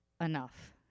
enough